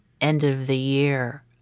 end-of-the-year